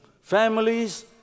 Families